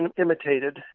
imitated